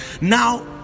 now